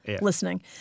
listening